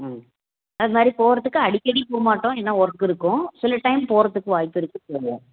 ம் அது மாதிரி போகறத்துக்கு அடிக்கடி போக மாட்டோம் ஏன்னா ஒர்க் இருக்கும் சில டைம் போகறத்துக்கு வாய்ப்பு இருக்கு